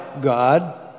God